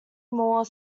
more